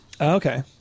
Okay